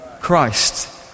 Christ